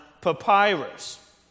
papyrus